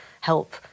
help